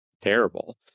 terrible